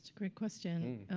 great question.